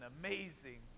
amazing